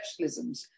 specialisms